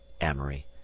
Amory